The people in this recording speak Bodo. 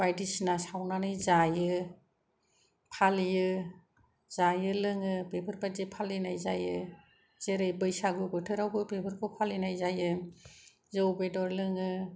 बायदिसिना सावनानै जायो फालियो जायो लोङो बेफोरबायदि फालिनाय जायो जेरै बैसागु बोथोरावबो बेफोरखौ फालिनाय जायो जौ बेदर लोङो